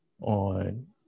on